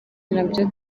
nabyo